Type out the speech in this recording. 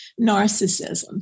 narcissism